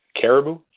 Caribou